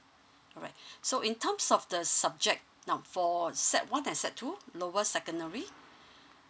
alright so in terms of the subject now for set one and set two lower secondary